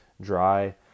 dry